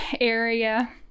area